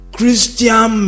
Christian